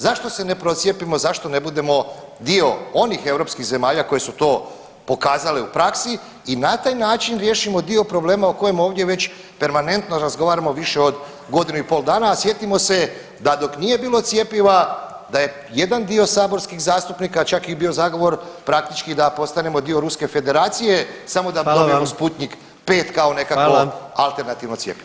Zašto se ne procijepimo, zašto ne budemo dio onih europskih zemalja koje su to pokazale u praksi i na taj način riješimo dio problema o kojem ovdje već permanentno razgovaramo više od godinu i pol dana, a sjetimo se da dok nije bilo cjepiva da je jedan dio saborskih zastupnika čak i bio zagovor praktički da postanemo dio ruske federacije samo da … [[Govornik se ne razumije]] [[Upadica: Hvala vam]] Sputnik 5 kao nekakvo alternativno cjepivo.